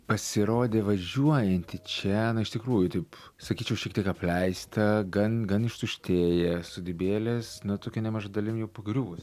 pasirodė važiuojanti į čia na iš tikrųjų taip sakyčiau šiek tiek apleista gan gan ištuštėję sodybėlės nu tokia nemaža dalim jau pagriuvus